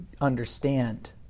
understand